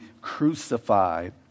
crucified